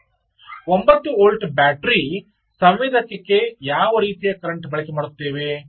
9 volt battery ಸಂವೇದಕಕ್ಕೆ ಯಾವ ರೀತಿಯ ಕರೆಂಟ್ ಬಳಕೆ ಮಾಡುತ್ತೇವೆ